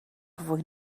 fwy